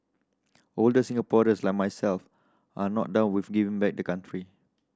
older Singaporeans like myself are not done with giving back the country